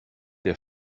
der